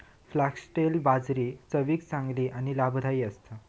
foxtail बाजरी चवीक चांगली आणि लाभदायी असता